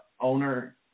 owner